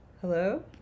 Hello